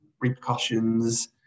repercussions